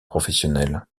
professionnels